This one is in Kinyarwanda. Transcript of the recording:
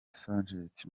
sgt